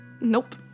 Nope